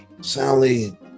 Sally